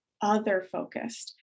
other-focused